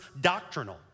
doctrinal